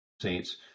saints